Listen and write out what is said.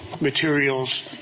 materials